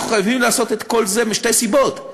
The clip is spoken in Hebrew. אנחנו חייבים לעשות את כל זה משתי סיבות: